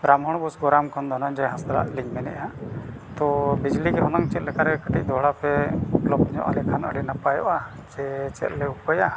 ᱵᱨᱟᱢᱳᱦᱚᱱ ᱵᱳᱥ ᱜᱚᱨᱟᱢ ᱠᱷᱚᱱ ᱫᱚ ᱱᱟᱦᱟᱜ ᱡᱚᱭ ᱦᱟᱸᱥᱫᱟᱜ ᱞᱤᱝ ᱢᱮᱱᱮᱫᱼᱟ ᱛᱚ ᱵᱤᱡᱽᱞᱤ ᱜᱮ ᱦᱩᱱᱟᱹᱝ ᱪᱮᱫ ᱞᱮᱠᱟᱨᱮ ᱠᱟᱹᱴᱤᱡ ᱫᱷᱚᱲᱟ ᱯᱮ ᱩᱯᱞᱚᱵᱫᱷ ᱧᱚᱜᱼᱟ ᱞᱮᱠᱷᱟᱱ ᱟᱹᱰᱤ ᱱᱟᱯᱟᱭᱚᱜᱼᱟ ᱥᱮ ᱪᱮᱫ ᱞᱮ ᱩᱯᱟᱹᱭᱟ